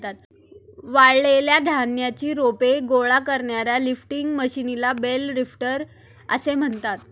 वाळलेल्या धान्याची रोपे गोळा करणाऱ्या लिफ्टिंग मशीनला बेल लिफ्टर असे म्हणतात